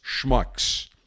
schmucks